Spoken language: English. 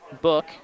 book